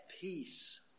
peace